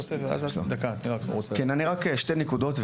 ברשותכם שתי נקודות.